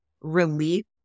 relief